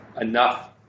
enough